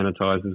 sanitizers